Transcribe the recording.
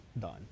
done